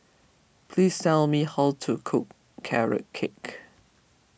please tell me how to cook Carrot Cake